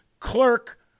clerk